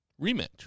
Rematch